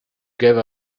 gave